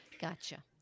Gotcha